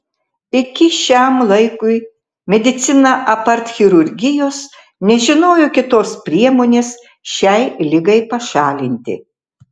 iki šiam laikui medicina apart chirurgijos nežinojo kitos priemonės šiai ligai pašalinti